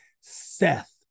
Seth